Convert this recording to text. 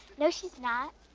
no, she's not.